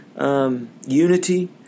Unity